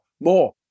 more